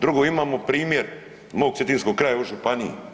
Drugo, imamo primjer mog cetinskog kraja u županiji.